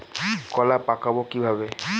কলা পাকাবো কিভাবে?